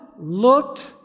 looked